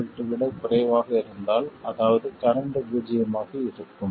7 V விட குறைவாக இருந்தால் அதாவது கரண்ட் பூஜ்ஜியமாக இருக்கும்